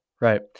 Right